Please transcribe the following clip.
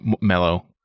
mellow